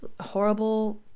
horrible